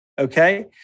okay